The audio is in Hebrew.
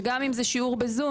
שגם אם זה שיעור בזום,